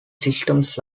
systems